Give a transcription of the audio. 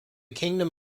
kingdom